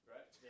Right